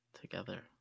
together